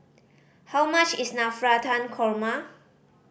how much is Navratan Korma